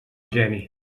geni